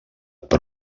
per